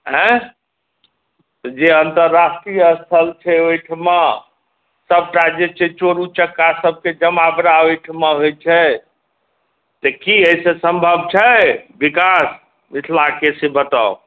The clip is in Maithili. आइ जे अन्तर्राष्ट्रीय स्थल छै ओहिठाम सभटा जे चाही से चोर उचक्का सभके जमावड़ा ओहिठाम होइ छै तऽ की एहिसे सम्भव छै विकास मिथिलाके से बताउ